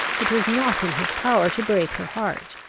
it was not in his power to break her heart.